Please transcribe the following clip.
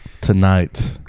tonight